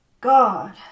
God